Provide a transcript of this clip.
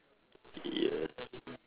yes